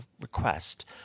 request